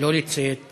לא לציית